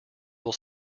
will